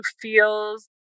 feels